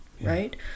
right